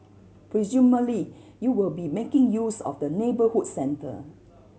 presumably you will be making use of the neighbourhood centre